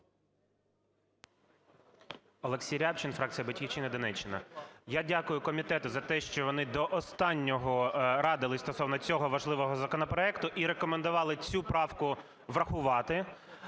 Олексій Рябчин, фракція "Батьківщина", Донеччина. Я дякую комітету за те, що вони до останнього радилися стосовно цього важливого законопроекту і рекомендували цю правку врахувати.